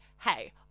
hey